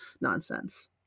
Nonsense